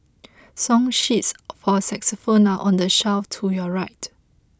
song sheets for xylophones are on the shelf to your right